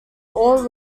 all